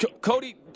Cody